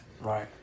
Right